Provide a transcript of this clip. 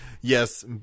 yes